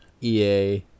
EA